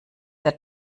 der